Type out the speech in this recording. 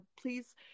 Please